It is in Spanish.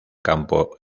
campo